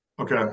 Okay